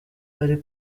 ari